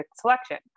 selection